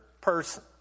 person